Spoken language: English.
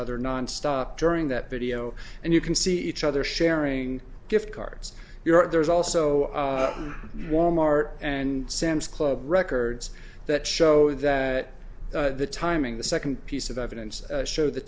other nonstop during that video and you can see each other sharing gift cards you're right there's also wal mart and sam's club records that show that the timing the second piece of evidence showed the